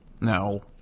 No